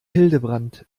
hildebrand